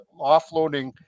offloading